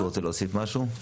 מישהו רוצה להוסיף משהו?